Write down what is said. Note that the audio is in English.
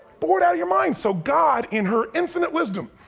bored outta your minds, so god in her infinite wisdom